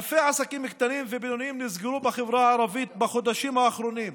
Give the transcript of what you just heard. אלפי עסקים קטנים ובינוניים נסגרו בחברה הערבית בחודשים האחרונים,